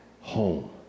home